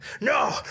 No